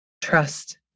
trust